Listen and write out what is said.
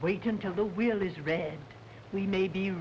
wait until the wheel is red we may be